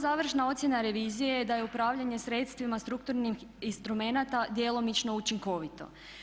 Sama završna ocjena revizije je da je upravljanje sredstvima strukturnih instrumenata djelomično učinkovito.